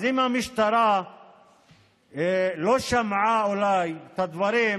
אז אם המשטרה לא שמעה אולי את הדברים,